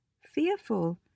fearful